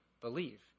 believe